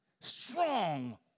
Strong